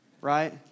right